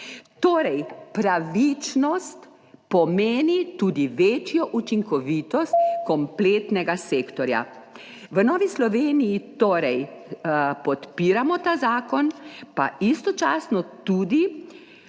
Torej pravičnost pomeni tudi večjo učinkovitost kompletnega sektorja. V Novi Sloveniji torej podpiramo ta zakon. Istočasno pa tudi